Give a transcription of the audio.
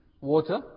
Water